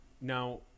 Now